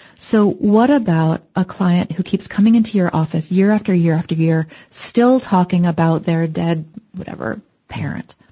so, what about a client who keeps coming into your office year after year after year, still talking about their dead whatever, parent.